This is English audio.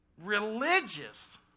religious